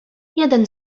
jeden